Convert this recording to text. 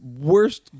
worst